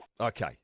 Okay